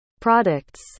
products